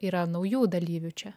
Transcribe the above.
yra naujų dalyvių čia